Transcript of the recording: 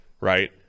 right